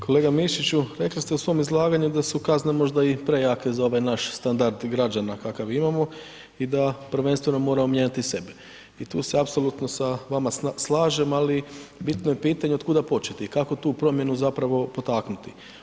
Kolega Mišiću, rekli ste u svom izlaganju da su kazne možda i prejake za ovaj naš standard građana kakav imamo i da prvenstveno moramo mijenjati sebe i tu se apsolutno sa vama slažem, ali bitno je pitanje od kuda početi i kako tu promjenu zapravo potaknuti.